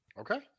Okay